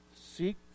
seek